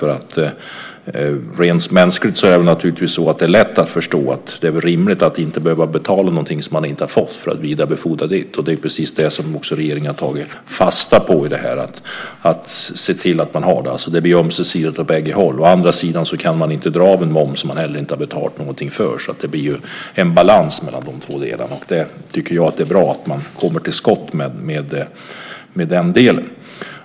Rent mänskligt är det lätt att förstå och rimligt att man inte ska behöva betala någonting som man inte har fått för att vidarebefordra det. Det är precis det som regeringen också har tagit fasta på. Man ska se till att det blir ömsesidigt. Å andra sidan kan man inte heller dra av den moms som man inte har betalat. Det blir alltså en balans mellan de två delarna. Jag tycker att det är bra att man kommer till skott med detta.